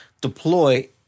deploy